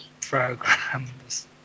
programs